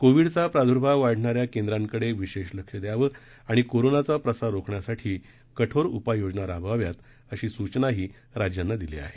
कोविडचा प्रादुर्भाव वाढणाऱ्या केंद्रांकडे विशेष लक्ष द्यावं आणि कोरोनाचा प्रसार रोखण्यासाठी कठोर उपाययोजना राबवाव्यात अशी सूचनाही राज्यांना दिली आहे